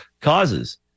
causes